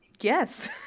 yes